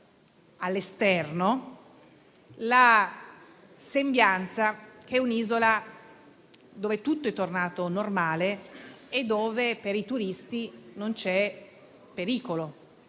all'esterno la sembianza di un'isola dove tutto è tornato normale e dove per i turisti non c'è pericolo;